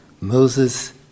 Moses